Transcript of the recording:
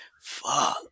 fuck